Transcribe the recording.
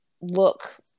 look